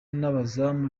n’abazungu